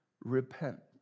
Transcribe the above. repent